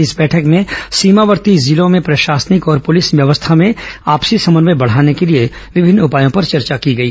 इस बैठक में सीमावर्ती जिलों में प्रशासनिक और पुलिस व्यवस्था में आपसी समन्वय बढ़ाने के लिए विभिन्न उपायों पर चर्चा की गई